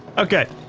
okay.